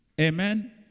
Amen